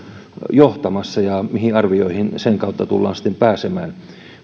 johtamassa ja mihin arvioihin sen kautta sitten tullaan pääsemään